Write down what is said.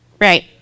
Right